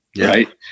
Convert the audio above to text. right